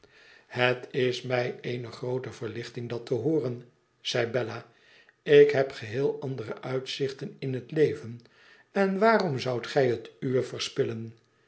het is mij eene groote verlichting dat te hooren zei bella ik heb geheel andere uitzichten in het leven en waarom zoudt gij het uwe